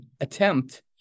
attempt